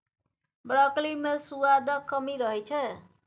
broccoli मे सुआदक कमी रहै छै